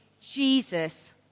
Jesus